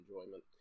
enjoyment